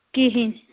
کِہیٖنۍ